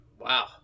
Wow